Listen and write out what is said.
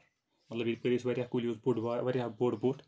مطلب یَپٲرۍ ٲسۍ واریاہ کُلۍ یہِ اوس بوٚڑ بار یہِ اوس واریاہ بوٚڑ بوٚٹھ